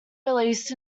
released